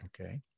Okay